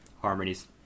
harmonies